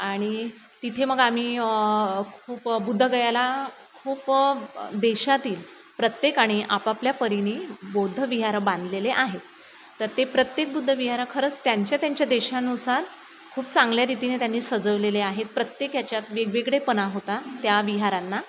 आणि तिथे मग आम्ही खूप बुद्धगयाला खूप देशातील प्रत्येकाने आपापल्या परीने बौद्ध विहार बांधलेले आहेत तर ते प्रत्येक बुद्ध विहार खरंच त्यांच्या त्यांच्या देशानुसार खूप चांगल्या रीतीने त्यांनी सजवलेले आहेत प्रत्येक ह्याच्यात वेगवेगळेपणा होता त्या विहारांना